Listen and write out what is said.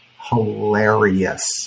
hilarious